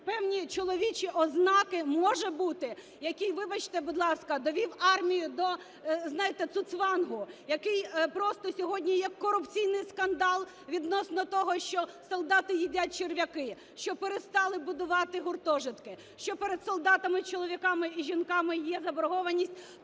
певні чоловічі ознаки, може бути, який, вибачте, будь ласка, довів армію до, знаєте, цуцвангу, який просто… сьогодні є корупційний скандал відносно того, що солдати їдять черв'яки, що перестали будувати гуртожитки, що перед солдатами чоловіками і жінками є заборгованість